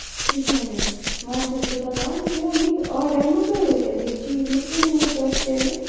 کہیٖنۍ نہٕ وۄنۍ چھَس بہٕ دَپان کہِ یِتھۍ آرڈَر مہٕ کٔرِو تیٚلہِ یِم چیٖز مہٕ کٕنوٕے تُہۍ تیٚلہِ